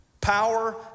power